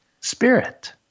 spirit